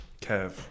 Kev